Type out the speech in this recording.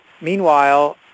Meanwhile